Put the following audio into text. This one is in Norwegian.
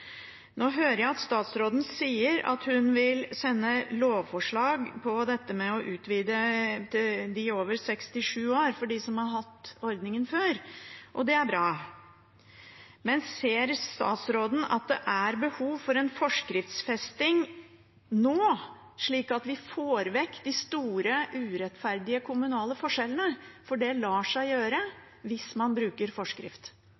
Nå hører jeg at statsråden sier at hun vil sende ut på høring et lovforslag om å utvide ordningen for dem som er over 67 år, og som har hatt den før. Det er bra. Men ser statsråden at det er behov for en forskriftsfesting nå, slik at vi får vekk de store, urettferdige kommunale forskjellene? Det lar seg gjøre hvis man bruker forskrift.